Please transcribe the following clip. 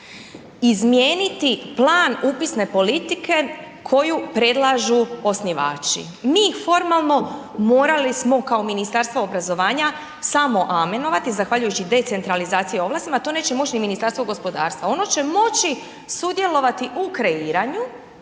izmijeniti plan upisne politike koju predlažu osnivači. Mi formalno morali smo kao Ministarstvo obrazovanja samo amenovati, zahvaljujući decentralizaciji i ovlastima, a to neće moći ni Ministarstvo gospodarstva. Ono će moći sudjelovati u kreiranju